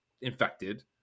infected